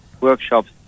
workshops